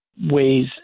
ways